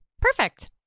perfect